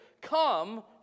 come